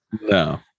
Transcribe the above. no